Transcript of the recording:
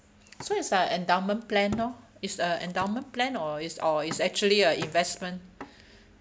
so it's a endowment plan lor it's a endowment plan or it's or it's actually a investment